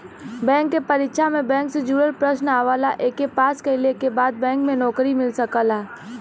bank के परीक्षा में बैंक से जुड़ल प्रश्न आवला एके पास कइले के बाद बैंक में नौकरी मिल सकला